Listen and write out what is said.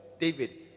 David